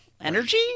energy